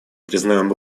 признаем